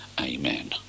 Amen